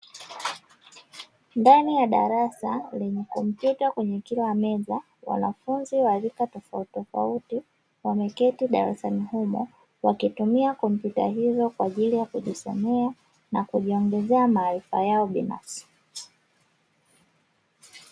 Ndani ya darasa lenye kompyuta kwenye kila meza wanafunzi wa rika tofauti tofauti wameketi darasani humo wakitumia kompyuta hizo kwa ajili ya kujisomea na kujiongezea maarifa yao binafsi.